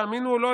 תאמינו או לא,